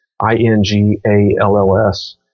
I-N-G-A-L-L-S